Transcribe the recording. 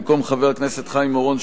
במקום חבר הכנסת חיים אורון,